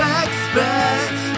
expect